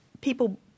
people